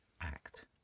act